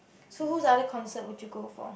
so whose other concert would you go for